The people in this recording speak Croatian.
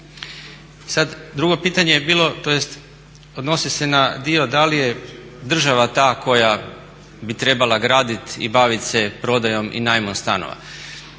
drugo pitanje bi bilo, tj. odnosi se na dio da li je država ta koja bi trebala graditi i bavit se prodajom i najmom stanova.